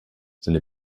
seine